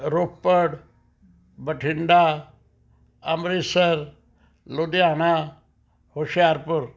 Ropar Bathinda Amritsar Ludhiana Hoshiarpur